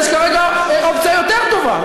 שיש כרגע אופציה יותר טובה.